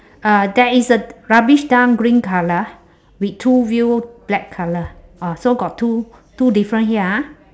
uh there is a rubbish dump green colour with two wheel black colour ah so got two two different here ah